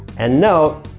and note,